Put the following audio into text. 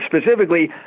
specifically